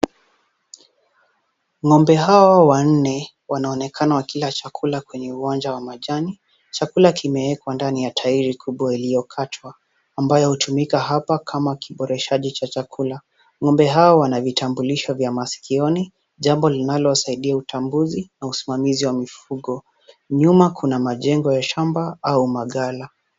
Ng'ombe hawa wanne wanaoonekana kula chakula kwenye uwanja wa majani. Chakula kimewekwa ndani ya tairi kubwa iliyokatwa ambayo inatumika hapa kama kiboreshaji cha chakula. Ng'ombe hawa wanavitambulishobvya maskioni jambo linalosaidia utambuzi na usimamizi wa mifugo. Nyuma kuna majengo ya shamba au maghala.